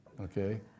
Okay